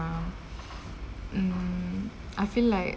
uh mm I feel like